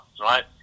right